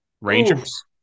Rangers